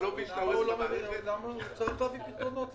אתה לא מבין -- הוא צריך להביא פתרונות.